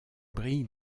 brille